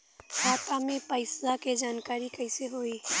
खाता मे पैसा के जानकारी कइसे होई?